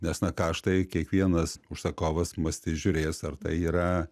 nes na kaštai kiekvienas užsakovas mąstys žiūrės ar tai yra